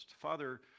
Father